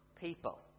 people